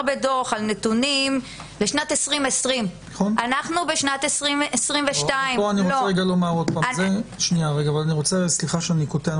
בדוח על נתונים לשנת 2020 ואנחנו בשנת 2022. סליחה שאני קוטע,